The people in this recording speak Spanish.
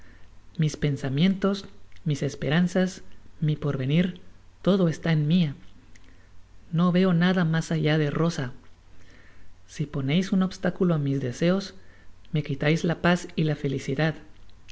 mis pensamientos mis esperanzas mi porvenir todo está en mia no veo nada mas allá de rosa si poneis un obstáculo á mis deseos me quitais la paz y la felicidad